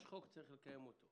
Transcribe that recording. יש חוק צריך לקיים אותו.